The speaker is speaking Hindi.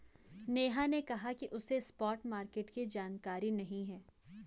नेहा ने कहा कि उसे स्पॉट मार्केट की जानकारी नहीं है